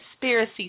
conspiracy